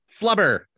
flubber